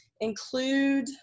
include